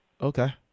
Okay